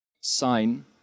sign